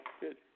good